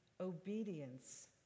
obedience